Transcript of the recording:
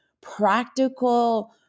practical